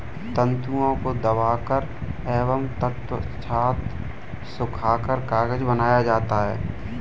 तन्तुओं को दबाकर एवं तत्पश्चात सुखाकर कागज बनाया जाता है